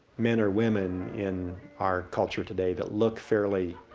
men or women in our culture today that look fairly.